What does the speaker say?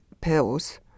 pills